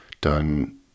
done